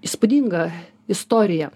įspūdingą istoriją